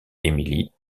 emilie